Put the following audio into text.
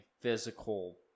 physical